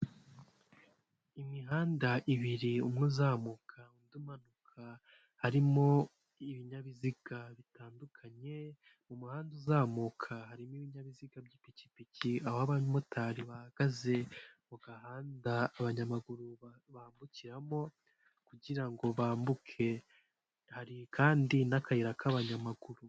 Imihanda ibiri umwe uzamuka undi umanuka, harimo ibinyabiziga bitandukanye; mu muhanda uzamuka harimo ibinyabiziga by'ipikipiki aho abamotari bahagaze mu gahanda abanyamaguru bambukiramo kugira ngo bambuke. Hari kandi n'akayira k'abanyamaguru.